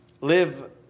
Live